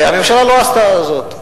והממשלה לא עשתה זאת.